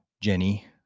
Jenny